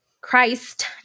Christ